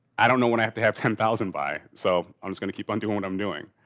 i don't know what i have to have ten thousand by, so, i'm just gonna keep on doing what i'm doing.